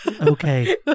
okay